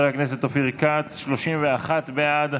אני מוסיף את הקול של חבר הכנסת אופיר כץ, 31 בעד,